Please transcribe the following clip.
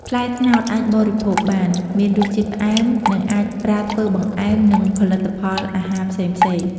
ផ្លែត្នោតអាចបរិភោគបាន មានរសជាតិផ្អែម និងអាចប្រើធ្វើបង្អែម និងផលិតផលអាហារផ្សេងៗ។